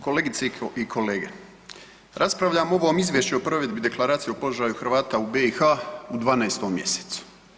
Kolegice i kolege, raspravljamo o ovom izvješću o provedbi Deklaracije o položaju Hrvata u BiH u 12. mjesecu.